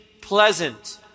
pleasant